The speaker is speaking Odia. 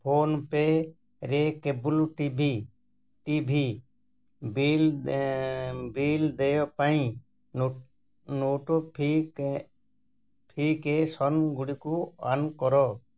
ଫୋନ୍ପେରେ cable TV TV bill bill ଦେୟ ପାଇଁ ନୋଟୁଫିକେ ଫିକେସନ୍ଗୁଡ଼ିକୁ ଅନ୍ କର